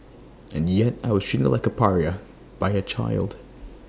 and yet I was treated like A pariah by A child